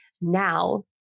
now